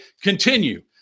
continue